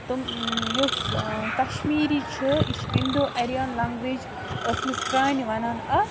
تِم یۄس کَشمیٖری چھِ یہِ چھِ اِنڈو ایرین لنٛگویج ٲسمٕژ پرانہِ وَنان اَتھ